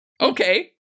Okay